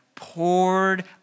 Poured